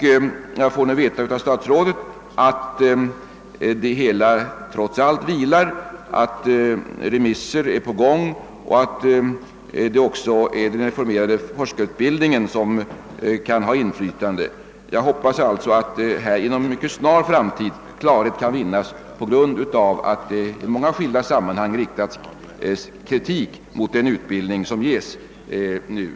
Statsrådet meddelar nu att frågan trots allt vilar, att förslaget för närvarande remissbehandlas och att även den reformerade forskarutbildningen sammanhänger med denna fråga. Jag hoppas att klarhet inom en mycket snar framtid kan vinnas, eftersom kritik i skilda sammanhang har riktats mot den utbildning som nu ges.